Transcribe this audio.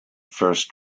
first